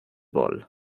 bol